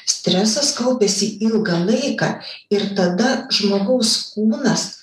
stresas kaupiasi ilgą laiką ir tada žmogaus kūnas